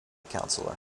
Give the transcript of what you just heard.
councillor